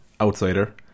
outsider